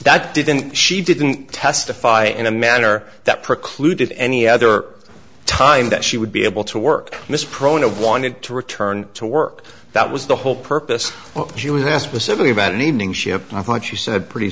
that didn't she didn't testify in a manner that precluded any other time that she would be able to work miss prono wanted to return to work that was the whole purpose when she was asked specifically about an evening ship and i thought you said pretty